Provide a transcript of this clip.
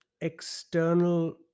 external